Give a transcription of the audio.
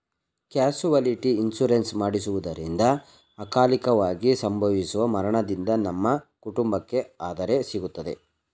casualty insurance ಮಾಡಿಸುವುದರಿಂದ ಅಕಾಲಿಕವಾಗಿ ಸಂಭವಿಸುವ ಮರಣದಿಂದ ನಮ್ಮ ಕುಟುಂಬಕ್ಕೆ ಆದರೆ ಸಿಗುತ್ತದೆ